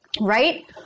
right